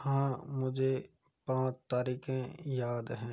हाँ मुझे पाँच तारीखें याद हैं